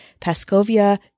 Paskovia